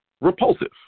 repulsive